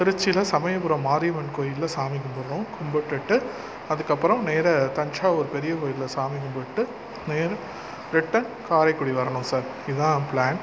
திருச்சியில சமயபுரம் மாரியம்மன் கோயில்ல சாமி கும்புடணும் கும்பிட்டுட்டு அதுக்கப்புறம் நேராக தஞ்சாவூர் பெரிய கோயில்ல சாமி கும்பிட்டு நேராக ரிட்டன் காரைக்குடி வரணும் சார் இதுதான் பிளான்